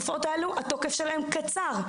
תוקף התרופות הללו הוא קצר.